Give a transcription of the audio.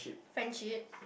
friendship